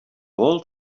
old